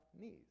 knees